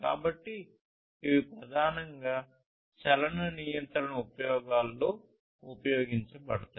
కాబట్టి ఇవి ప్రధానంగా చలన నియంత్రణ ఉపయోగాలలో ఉపయోగించబడతాయి